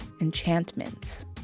enchantments